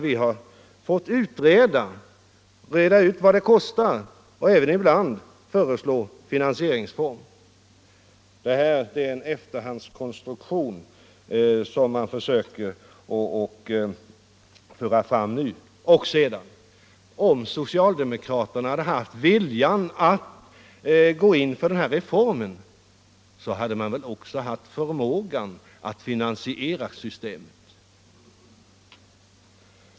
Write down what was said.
Vi har fått reda ut vad de skulle kosta och ibland föreslå finansieringsform. Sänkning av den Det som man nu försöker föra fram är en efterhandskonstruktion. — allmänna pensions hade de väl också haft förmågan att finansiera systemet.